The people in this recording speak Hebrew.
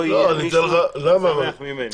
לא יהיה מישהו שמח ממני.